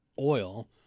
oil